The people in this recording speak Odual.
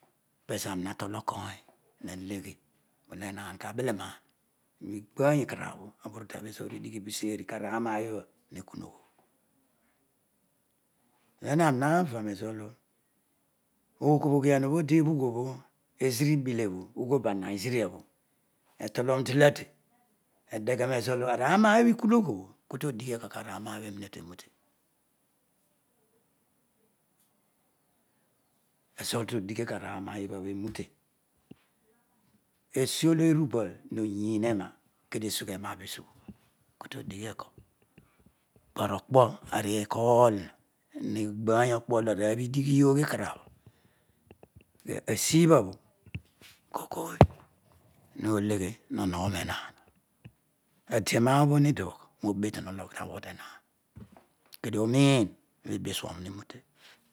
Pezo aani aatool okony naleghe molo ehaan kabele naan ighool ikarabh obho aburude obhe ezo idigh obho isereghi tarana bho okobhuau obho oditebughobho ezira ibuleba ughona nigeria obho netolon delede nedeghe nezolo ara amabho ihur ogh obho ku todighiekor kararoa bho eninetu enute ezo lo to dighi kona na bho enute eziolo erubal kutodighi eko narokpo ari kool migboor okpo lo enoog ibha idighiyo ikarab esib abro kooy kooy hole ghe no. mogho menaan adienoa obho na digh mo betan ologh tavo bho tenara kedio unon ibisuon mute bho